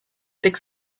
takes